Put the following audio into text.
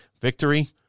victory